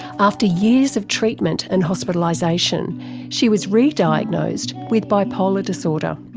after years of treatment and hospitalisation she was re-diagnosed with bipolar disorder.